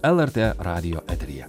lrt radijo eteryje